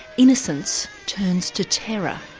innocence turns to terror.